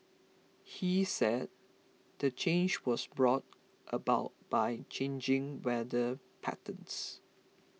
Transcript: he said the change was brought about by changing weather patterns